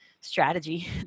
strategy